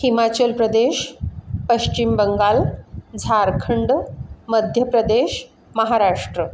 Himachal Pradesh Paschim Bangal Jharkhand Madhya Pradesh Maharashtra